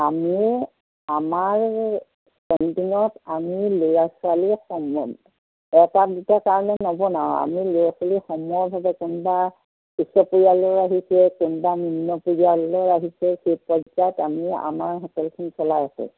আমি আমাৰ কেণ্টিঙত আমি ল'ৰা ছোৱালী সম এটা দুটা কাৰণে নবনাওঁ আমি ল'ৰা ছোৱালী সমভাৱে কোনোবা উচ্চ পৰিয়ালো আহিছে কোনোবা নিম্ন পৰীয়ালো আহিছে সেই পৰ্যায়ত আমি আমাৰ হোটেলখন চলাই আছোঁ